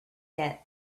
yet